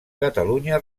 catalunya